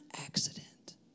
accident